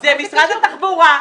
זה משרד התחבורה -- אוקיי.